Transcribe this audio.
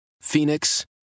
Phoenix